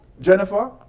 Jennifer